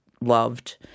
loved